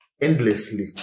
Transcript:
endlessly